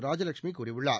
ராஜலட்சுமி கூறியுள்ளார்